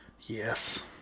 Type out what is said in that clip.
Yes